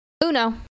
Uno